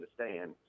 understand